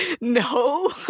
no